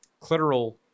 clitoral